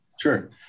Sure